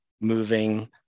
moving